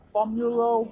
Formula